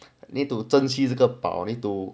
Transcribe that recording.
need to 珍惜这个宝 need to